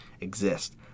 exist